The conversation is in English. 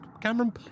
Cameron